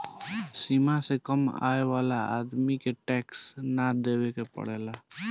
सीमा से कम आय वाला आदमी के टैक्स ना देवेके पड़ेला